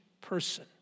person